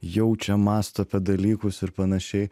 jaučia mąsto apie dalykus ir panašiai